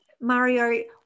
Mario